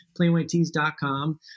PlainWhiteTees.com